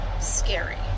scary